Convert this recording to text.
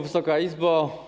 Wysoka Izbo!